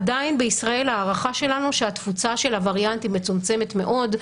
עדיין בישראל ההערכה שלנו שהתפוצה של הווריאנט היא מצומצמת מאוד.